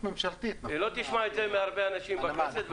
לא תשמע את זה מהרבה אנשים בכנסת,